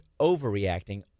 overreacting